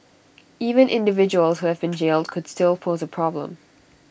even individuals who have been jailed could still pose A problem